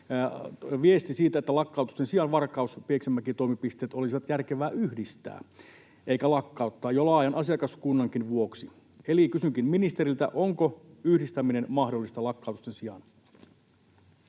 viesti siitä, että lakkautusten sijaan Varkaus- ja Pieksämäki-toimipisteet olisi järkevää yhdistää eikä lakkauttaa, jo laajan asiakaskunnankin vuoksi. Eli kysynkin ministeriltä: onko yhdistäminen mahdollista lakkautusten sijaan?